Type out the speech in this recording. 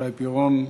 שי פירון,